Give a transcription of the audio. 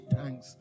thanks